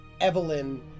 Evelyn